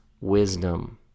wisdom